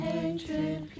Hatred